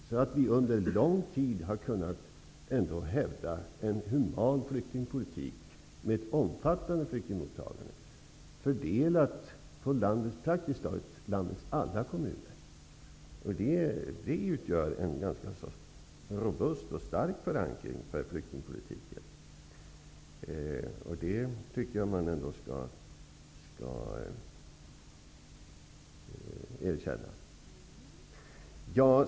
Vi har under lång tid kunnat hävda en human flyktingpolitik med ett omfattande flyktingmottagande, fördelat över praktiskt taget alla landets kommuner. Det utgör en ganska stark och robust förankring av flyktingpolitiken, och det tycker jag att man skall erkänna.